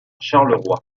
charleroi